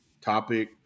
topic